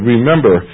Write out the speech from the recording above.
Remember